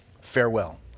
Farewell